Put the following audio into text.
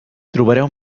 trobareu